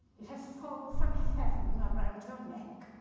it has fall from heaven around your neck,